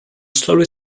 slowly